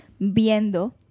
viendo